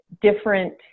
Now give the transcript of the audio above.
different